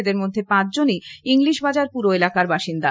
এদের মধ্যে পাঁচজনই ইংলিশবাজার পুর এলাকার বাসিন্দা